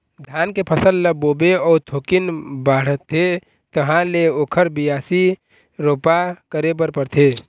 धान के फसल ल बोबे अउ थोकिन बाढ़थे तहाँ ले ओखर बियासी, रोपा करे बर परथे